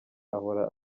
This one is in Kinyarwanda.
ahora